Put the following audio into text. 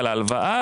על ההלוואה,